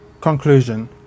Conclusion